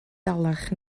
dalach